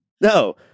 no